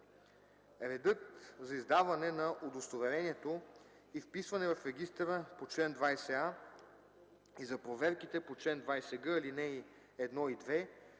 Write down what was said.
Редът за издаване на удостоверението и вписване в регистъра по чл. 20а, и за проверките по чл. 20г, ал. 1 и 2